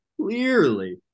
clearly